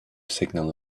signal